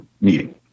Meeting